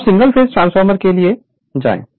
अब single phase transformer के लिए जाएं